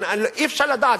אי-אפשר לדעת,